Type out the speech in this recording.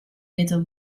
witte